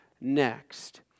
next